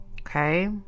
okay